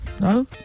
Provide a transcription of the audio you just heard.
No